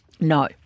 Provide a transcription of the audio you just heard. No